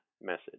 message